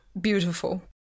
Beautiful